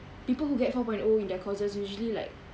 people get four point O in their courses usually like